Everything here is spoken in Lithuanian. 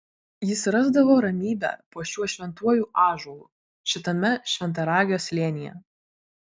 jis rasdavo ramybę po šiuo šventuoju ąžuolu šitame šventaragio slėnyje